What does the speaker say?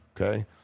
okay